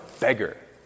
beggar